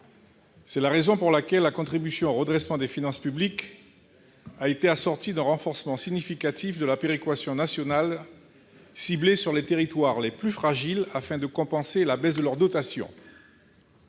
C'est la raison pour laquelle la contribution au redressement des finances publiques a été assortie d'un renforcement significatif de la péréquation nationale ciblé sur les territoires les plus fragiles, afin de compenser la baisse de leurs dotations.